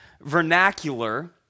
vernacular